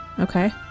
okay